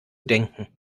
denken